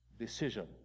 decision